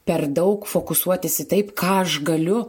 per daug fokusuotis į taip ką aš galiu